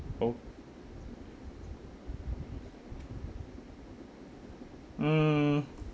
oh mm